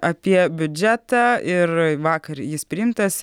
apie biudžetą ir vakar jis priimtas